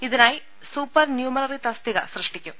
ഇതിനായി supernumerary തസ്തിക സൃഷ്ടിക്കും